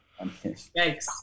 Yikes